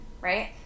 Right